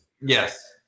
Yes